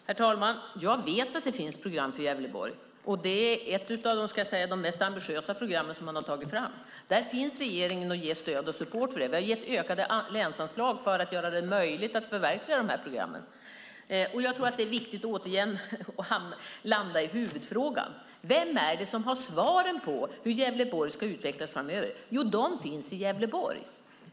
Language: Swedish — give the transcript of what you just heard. Herr talman! Jag vet att det finns ett program för Gävleborg. Det är ett av de mest ambitiösa program man har tagit fram. Regeringen ger stöd och support för det. Vi har gett ökade länsanslag för att göra det möjligt att förverkliga de här programmen. Jag tror att det är viktigt att landa i huvudfrågan. Vem är det som har svaren på hur Gävleborg ska utvecklas framöver? Jo, de svaren finns i Gävleborg.